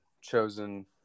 chosen